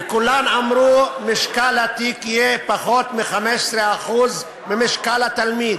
וכולם אמרו: משקל התיק יהיה פחות מ-15% ממשקל התלמיד,